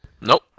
Nope